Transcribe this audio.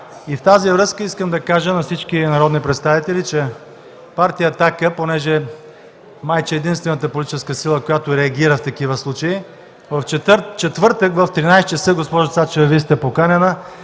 с това искам да кажа на всички народни представители, че Партия „Атака”, понеже май че е единствената политическа сила, която реагира в такива случаи, в четвъртък в 13,00 ч., госпожо Цачева, Вие сте поканена